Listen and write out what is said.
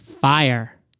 fire